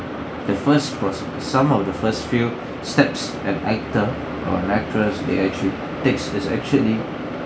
the first was some of the first few steps and item or they actually takes this actually